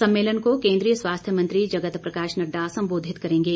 सम्मेलन को केन्द्रीय स्वास्थ्य मंत्री जगत प्रकाश नड़डा संबोधित करेंगे